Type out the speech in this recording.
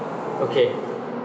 okay